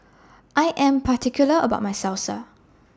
I Am particular about My Salsa